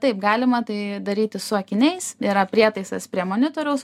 taip galima tai daryti su akiniais yra prietaisas prie monitoriaus